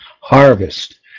Harvest